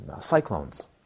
cyclones